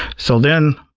so then,